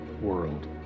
world